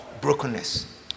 brokenness